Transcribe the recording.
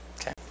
Okay